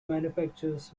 manufactures